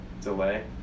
delay